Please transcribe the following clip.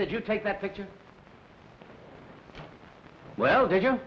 that you take that picture well if you